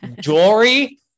jewelry